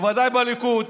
בוודאי בליכוד,